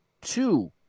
two